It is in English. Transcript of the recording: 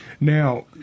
Now